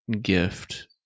gift